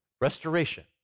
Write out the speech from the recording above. restoration